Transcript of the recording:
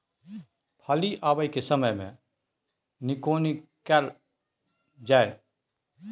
फली आबय के समय मे भी निकौनी कैल गाय?